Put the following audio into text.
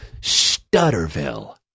Stutterville